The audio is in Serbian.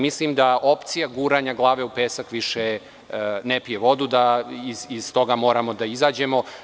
Mislim da opcija guranja glave u pesak više ne pije vodu, da iz toga moramo da izađemo.